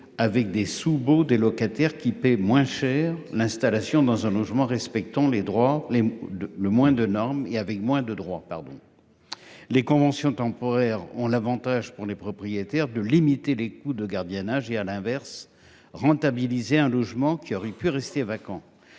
avec des sous baux des locataires qui paient moins cher l'installation dans un logement respectant les droits, les deux le moins de normes et avec moins de droits. Pardon. Les conventions temporaires ont l'Avantage pour les propriétaires de limiter les coûts de gardiennage et à l'inverse, rentabiliser un logement qui aurait pu rester vacant.